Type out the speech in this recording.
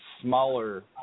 smaller